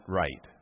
right